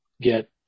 get